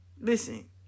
Listen